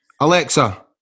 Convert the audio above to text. Alexa